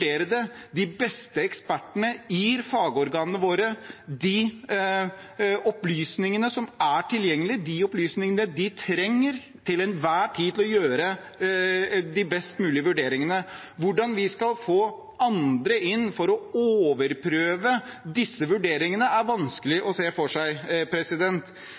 det. De beste ekspertene gir fagorganene våre de opplysningene som er tilgjengelige, de opplysningene de til enhver tid trenger for å gjøre de best mulige vurderingene. Hvordan vi skal få andre inn for å overprøve disse vurderingene, er vanskelig å se for seg.